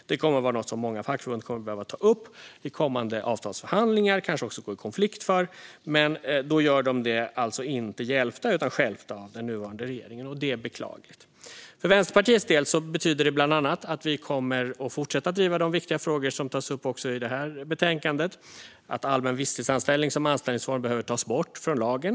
Detta kommer att vara något som många fackförbund kommer att behöva ta upp i kommande avtalsförhandlingar och kanske också gå i konflikt för. Men då gör de det alltså inte hjälpta utan stjälpta av den nuvarande regeringen, och det är beklagligt. För oss i Vänsterpartiet betyder detta bland annat att vi kommer att fortsätta att driva de viktiga frågor som tas upp i det här betänkandet. Det gäller att allmän visstidsanställning som anställningsform behöver tas bort från lagen.